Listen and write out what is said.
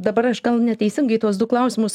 dabar aš gal neteisingai tuos du klausimus